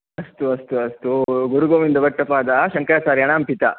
अस्तु अस्तु अस्तु गुरुगोविन्दभट्टपादाः शङ्कराचार्याणां पिता